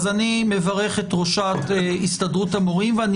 אז אני מברך את ראשת הסתדרות המורים ואני